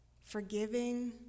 Forgiving